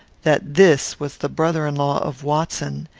that this was the brother-in-law of watson,